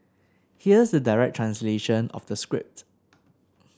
here's the direct translation of the script